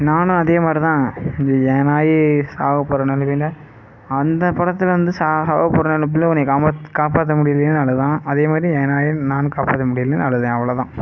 நான் அதே மாதிரிதான் இது என் நாய் சாகப்போகிற நிலமைல அந்த படத்தில் வந்து சாகப்போகிற உன்னை காப்பாத்த காப்பாற்ற முடியலையேன்னு அழுதான் அதே மாதிரி என் நாயும் நானும் காப்பாற்ற முடியலையேன்னு அழுதேன் அவ்வளோதான்